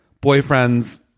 boyfriend's